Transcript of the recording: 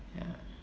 ya